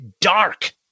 dark